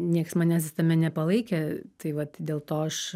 nieks manęs tame nepalaikė tai vat dėl to aš